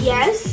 Yes